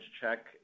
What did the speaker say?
check